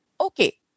Okay